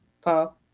Paul